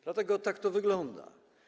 Dlatego tak to wygląda.